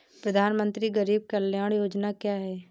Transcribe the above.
प्रधानमंत्री गरीब कल्याण योजना क्या है?